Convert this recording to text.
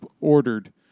ordered